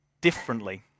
differently